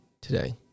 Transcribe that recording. today